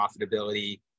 profitability